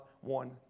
one